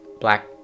black